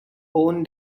own